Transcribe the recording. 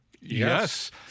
Yes